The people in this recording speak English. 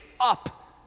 up